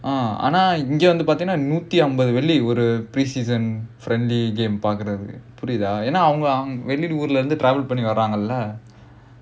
ah ஆனா இங்க வந்து பார்த்தேனா நூற்றைம்பது வெள்ளி ஒரு:aanaa inga vandhu paarthaenaa nootrambathu velli oru preseason friendly game பாக்குறதுக்கு புரியுதா ஏனா அவங்க வெளியூர்ல இருந்து:paakkurathukku puriyuthaa yaenaa avanga veliyoorla irunthu travel பண்ணி வராங்கல:panni varaangala